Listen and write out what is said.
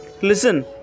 Listen